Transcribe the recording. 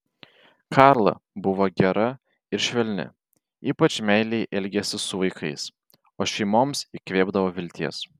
karla buvo gera ir švelni ypač meiliai elgėsi su vaikais o šeimoms įkvėpdavo vilties